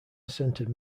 centered